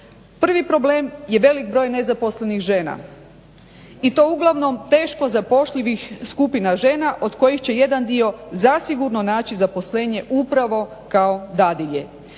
Prvi problem je velik broj nezaposlenih žena i to uglavnom teško zapošljivih skupina žena od kojih će jedan dio zasigurno naći zaposlenje upravo kao dadilje.